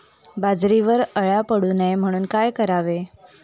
बाजरीवर अळ्या पडू नये म्हणून काय करावे?